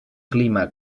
clima